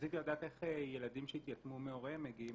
רציתי לדעת איך ילדים שהתייתמו מהוריהם מגיעים